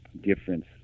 difference